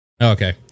okay